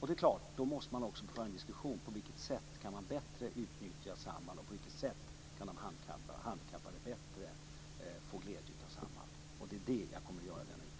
Det är klart att man då måste föra en diskussion om på vilket sätt man kan utnyttja Samhall bättre och på vilket sätt de handikappade kan få mer glädje av Samhall. Det är det jag kommer att göra i och med denna utredning.